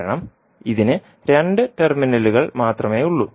കാരണം ഇതിന് രണ്ട് ടെർമിനലുകൾ മാത്രമേ ഉള്ളൂ